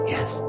Yes